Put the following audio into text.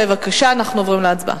בבקשה, עוברים להצבעה.